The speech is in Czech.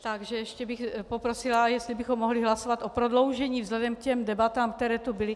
Takže ještě bych poprosila, jestli bychom mohli hlasovat o prodloužení vzhledem k těm debatám, které tu byly.